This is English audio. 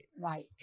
Right